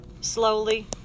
slowly